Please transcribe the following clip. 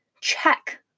check